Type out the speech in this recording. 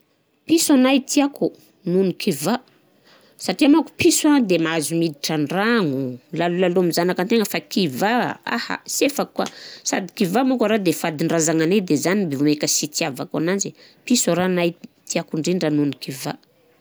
Piso anahy tiako noho ny kivà satria manko piso an de mahazo miditra an-dragno, milalôlalô ami zanakan-tegna; kivà, aha! Sy efako ka, sady kivà mônko rô le fadin-drazagnanahy de zany de vômaika sy itiavako ananjy piso ra anahy tiako ndrindra noho ny kivà.